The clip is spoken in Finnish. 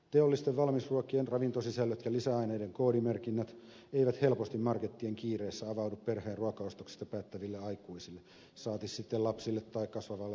teollisten valmisruokien ravintosisällöt ja lisäaineiden koodimerkinnät eivät helposti markettien kiireessä avaudu perheen ruokaostoksista päättäville aikuisille saati sitten lapsille tai kasvavalle vanhusten joukolle